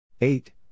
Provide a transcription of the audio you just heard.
Eight